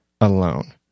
alone